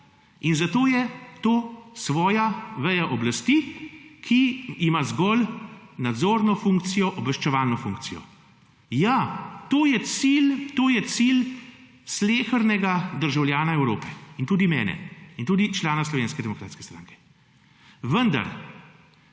in zato je to svoja veja oblasti, ki ima zgolj nadzorno funkcijo, obveščevalno funkcijo. Ja, to je cilj, to je cilj slehernega državljana Evrope in tudi mene in tudi člana Slovenske demokratske stranke, vendar